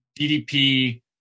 DDP